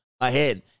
ahead